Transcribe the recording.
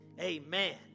amen